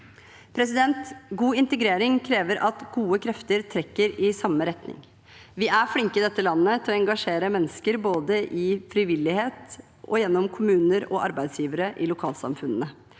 God integrering krever at gode krefter trekker i samme retning. Vi er flinke i dette landet til å engasjere mennesker, både i frivillighet og gjennom kommuner og arbeidsgivere i lokalsamfunnene.